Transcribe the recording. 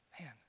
man